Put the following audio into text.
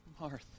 Martha